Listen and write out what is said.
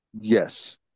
Yes